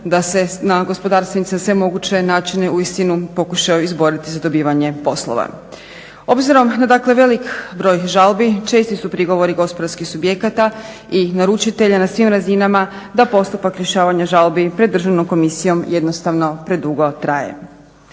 da se gospodarstvenici na sve moguće načine uistinu pokušaju izboriti za dobivanje poslova. Obzirom na dakle velik broj žalbi česti su prigovori gospodarskih subjekata i naručitelja na svim razinama da postupak rješavanja žalbi pred Državnom komisijom jednostavno predugo traje.